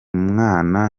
mwana